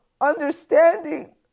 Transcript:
understanding